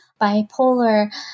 bipolar